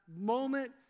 moment